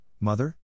mother